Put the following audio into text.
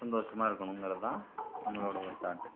சந்தோஷமாக இருக்கணும்ங்கிறது தான் நம்மளோடய ஒரு தாட்டு